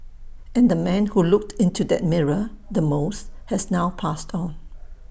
and the man who looked into that mirror the most has now passed on